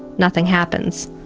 nothing happens.